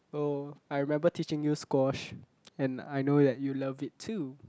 oh I remember teaching you squash and I know that you love it too